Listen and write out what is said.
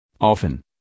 Often